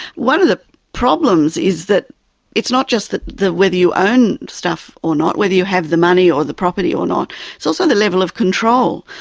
one of the problems is that it's not just that, the whether you own stuff or not, whether you have the money or the property or not, it's also the level of control,